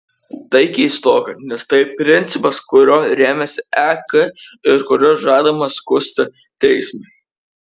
tai keistoka nes tai principas kuriuo rėmėsi ek ir kuris žadamas skųsti teismui